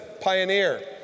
pioneer